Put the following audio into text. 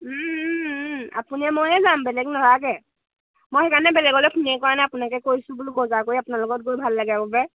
আপুনি মই যাম বেলেগ নেলাগে মই সেইকাৰণে বেলেগলে ফোনে কৰা নাই আপোনাকে কৰিছোঁ বোলো বজাৰ কৰি আপোনাৰ লগত গৈ ভাল লাগে আগৰ পৰাই